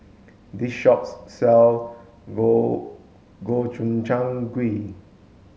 this shops sell Gobchang Gui